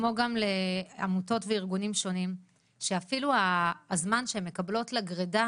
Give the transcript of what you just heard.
כמו גם לעמותות וארגונים שונים שאפילו הזמן שהן מקבלות לגרדה